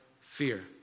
fear